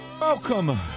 Welcome